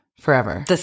forever